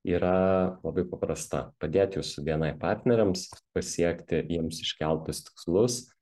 yra labai paprasta padėt jūsų bni partneriams pasiekti jiems iškeltus tikslus